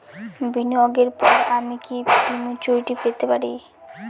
বিনিয়োগের পর আমি কি প্রিম্যচুরিটি পেতে পারি?